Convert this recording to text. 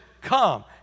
come